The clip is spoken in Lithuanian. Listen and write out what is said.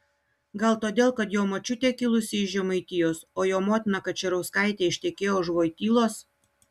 gal todėl kad jo močiutė kilusi iš žemaitijos o jo motina kačerauskaitė ištekėjo už vojtylos